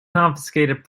confiscated